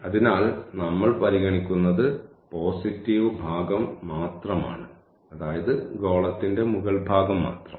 അതിനാൽ നമ്മൾ പരിഗണിക്കുന്നത് പോസിറ്റീവ് ഭാഗം മാത്രമാണ് അതായത് ഗോളത്തിന്റെ മുകൾ ഭാഗം മാത്രം